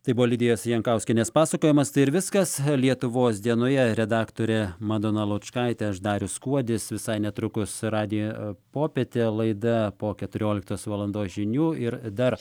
tai buvo lidijos jankauskienės pasakojimas tai ir viskas lietuvos dienoje redaktore madona lučkaitė aš darius kuodis visai netrukus radijo popietė laida po keturioliktos valandos žinių ir dar